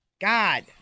God